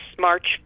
March